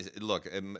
Look